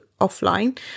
offline